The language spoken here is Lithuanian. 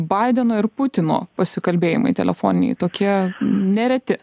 baideno ir putino pasikalbėjimai telefoniniai tokie nereti